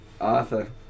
Arthur